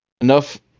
enough